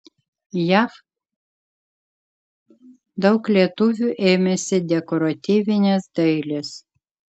jav daug lietuvių ėmėsi dekoratyvinės dailės